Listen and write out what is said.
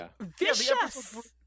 vicious